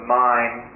mind